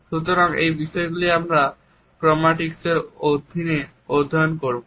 সুতরাং এই বিষয়গুলি আমরা ক্রোম্যাটিক্সের অধীনে অধ্যয়ন করব